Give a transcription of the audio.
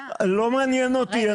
לא מעניין אותי.